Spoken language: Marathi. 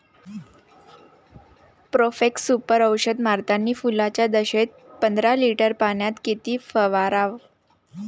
प्रोफेक्ससुपर औषध मारतानी फुलाच्या दशेत पंदरा लिटर पाण्यात किती फवाराव?